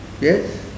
Yes